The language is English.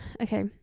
Okay